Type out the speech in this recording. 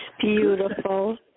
Beautiful